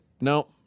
no